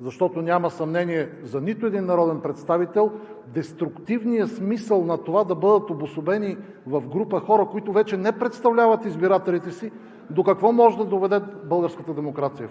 защото няма съмнение за нито един народен представител деструктивният смисъл на това да бъдат обособени в група хора, които вече не представляват избирателите си, до какво може да доведе българската демокрация.